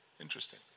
Interesting